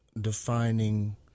defining